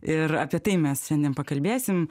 ir apie tai mes šiandien pakalbėsim